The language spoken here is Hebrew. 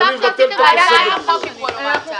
המכתב ש- -- בהצעת החוק דיברו על הוראת שעה.